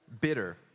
bitter